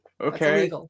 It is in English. Okay